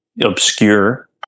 obscure